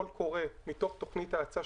כשיש אינטרס למדינה היא מפרסמת קול קורא ותומכת.